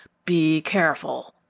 be careful!